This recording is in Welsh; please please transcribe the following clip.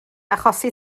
achosi